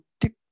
tick